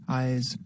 eyes